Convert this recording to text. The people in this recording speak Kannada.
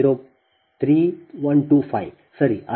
03125 ಸರಿ